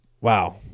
wow